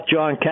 John